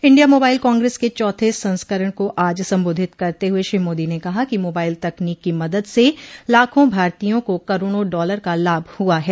India mobile congress के चौथे संस्करण को आज संबोधित करते हुए श्री मोदी ने कहा कि मोबाइल तकनीक की मदद से लाखों भारतीयों को करोड़ा डॉलर का लाभ हुआ है